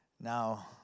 Now